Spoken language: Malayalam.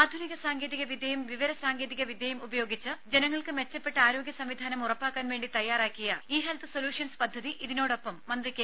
ആധുനിക സാങ്കേതിക വിദ്യയും വിവര സാങ്കേതിക വിദ്യയും ഉപയോഗിച്ച് ജനങ്ങൾക്ക് മെച്ചപ്പെട്ട ആരോഗ്യ സംവിധാനം ഉറപ്പാക്കാൻ വേണ്ടി തയ്യാറാക്കിയ ഇ ഹെൽത്ത് സൊല്യൂഷൻസ് പദ്ധതി ഇതിനോടൊപ്പം മന്ത്രി കെ